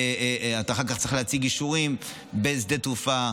ואחר כך אתה צריך להציג אישורים בשדה התעופה,